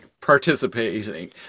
participating